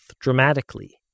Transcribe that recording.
dramatically